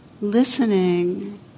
Listening